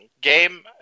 game